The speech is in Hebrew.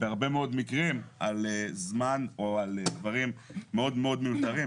בהרבה מאוד מקרים על זמן או על דברים מאוד מאוד מיותרים.